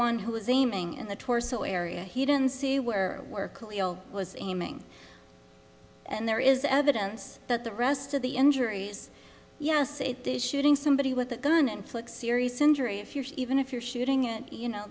one who was aiming in the torso area he didn't see where work was aiming and there is evidence that the rest of the injuries yes it is shooting somebody with a gun and flick serious injury if you're even if you're shooting at you know